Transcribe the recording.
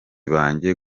banjye